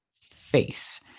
face